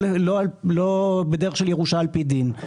לא בדרך של ירושה על פי דין.